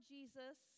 Jesus